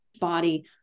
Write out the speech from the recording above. body